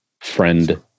friend